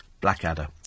Blackadder